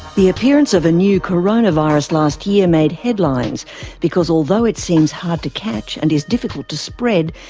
the appearance of a new coronavirus last year made headlines because although it seems hard to catch and is difficult to spread,